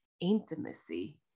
intimacy